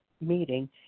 meeting